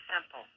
simple